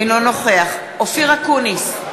אינו נוכח אופיר אקוניס,